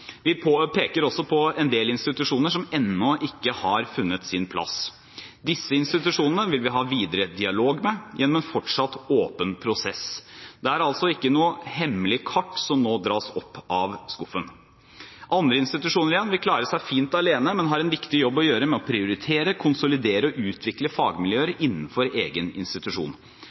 prosess. Vi peker også på en del institusjoner som ennå ikke har funnet sin plass. Disse institusjonene vil vi ha videre dialog med gjennom en fortsatt åpen prosess. Det er altså ikke noe hemmelig kart som nå dras opp av skuffen. Andre institusjoner igjen vil klare seg fint alene, men har en viktig jobb å gjøre med å prioritere, konsolidere og utvikle